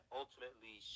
ultimately